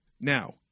now